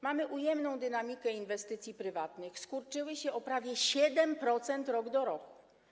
Mamy ujemną dynamikę inwestycji prywatnych, skurczyły się o prawie 7% rok do roku.